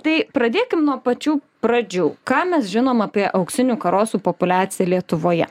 tai pradėkim nuo pačių pradžių ką mes žinom apie auksinių karosų populiaciją lietuvoje